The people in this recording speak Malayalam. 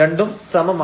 രണ്ടും സമമാണ്